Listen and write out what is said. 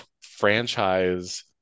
franchise